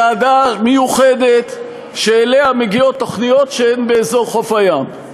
ועדה מיוחדת שאליה מגיעות תוכניות שהן באזור חוף הים.